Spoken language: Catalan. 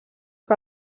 que